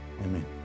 amen